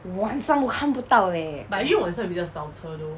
晚上我看不到 leh